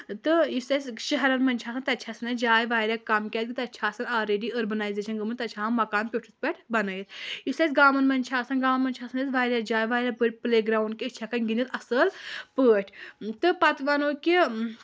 تہٕ یُس اَسہِ شہرَن منٛز چھُ آسان تَتہِ چُھ آسان اَسہِ جاے واریاہ کَم کیازِ کہِ تَتہِ چھِ آسان آلریڈی اربنایٚزیشن گٔمٕژ تَتہِ چھِ آسان مکان پیوٚٹُھس پٮ۪ٹھ بَنٲوِتھ یُس اَسہِ گامَن منٛز چھِ آسان گامَن منٛز چھِ آسان اَسہِ واریاہ جاے واریاہ بٔڑ پٕلے گراوُنٛڈ کہِ أسۍ چھِ ہٮ۪کان گنٛدِتھ اَصٕل پٲٹھۍ تہٕ پَتہٕ وَنو کہِ